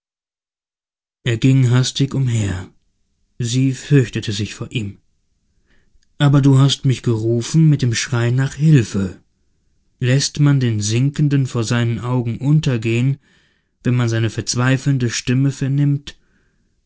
bemessen er ging hastig umher sie fürchtete sich vor ihm aber du hast mich gerufen mit dem schrei nach hilfe läßt man den sinkenden vor seinen augen untergehen wenn man seine verzweifelnde stimme vernimmt